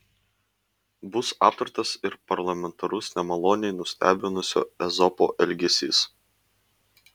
bus aptartas ir parlamentarus nemaloniai nustebinusio ezopo elgesys